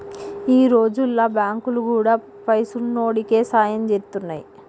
ఈ రోజుల్ల బాంకులు గూడా పైసున్నోడికే సాయం జేత్తున్నయ్